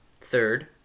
Third